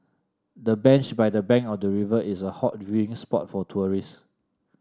the bench by the bank of the river is a hot viewing spot for tourists